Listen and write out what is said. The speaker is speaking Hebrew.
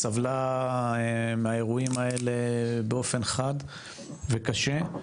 סבלה מהאירועים האלה באופן חד וקשה.